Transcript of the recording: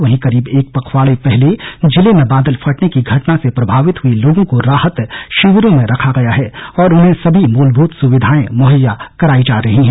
वहीं करीब एक पखवाड़े पहले जिले में बादल फटने की घटना से प्रभावित हुए लोगों को राहत शिविरों में रखा गया है और उन्हें सभी मूलभूत सुविधांए मुहैया कराई जा रही हैं